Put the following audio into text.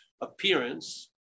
appearance